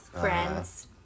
Friends